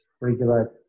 regular